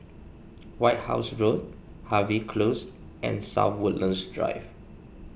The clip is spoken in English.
White House Road Harvey Close and South Woodlands Drive